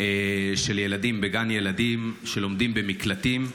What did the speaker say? של ילדים בגן ילדים שלומדים במקלטים,